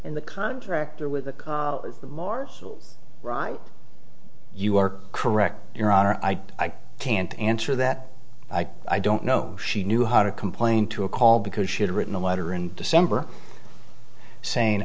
in the contractor with the marshals right you are correct your honor i can't answer that i don't know she knew how to complain to a call because she had written a letter in december saying